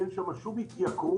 אין שם שום התייקרות